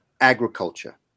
agriculture